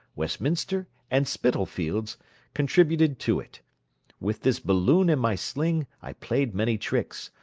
westminster, and spitalfields contributed to it with this balloon and my sling i played many tricks,